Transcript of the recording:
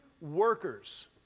workers